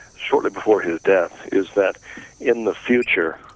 surely before his death, is that in the future,